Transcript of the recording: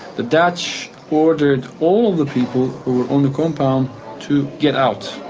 the dutch ordered all the people who were on the compound to get out.